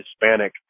Hispanic